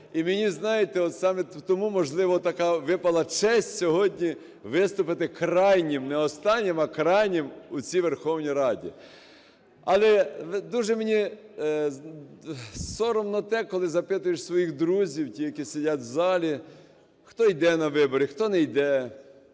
І мені, знаєте, от саме тому, можливо, така випала честь сьогодні виступити крайнім, не останнім, а крайнім у цій Верховній Раді. Але дуже мені соромно те, коли запитуєш своїх друзів, тих, які сидять в залі, хто йде на вибори, хто не йде,